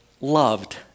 loved